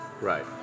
Right